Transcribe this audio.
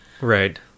right